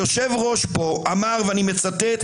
היושב-ראש פה אמר, ואני מצטט.